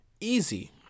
Easy